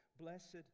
Blessed